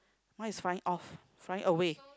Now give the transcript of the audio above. why is flying off flying away